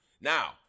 Now